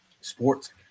Sports